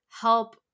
help